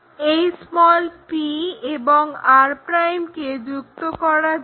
এই p এবং r' কে যুক্ত করা যাক